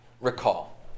recall